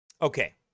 okay